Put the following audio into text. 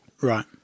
Right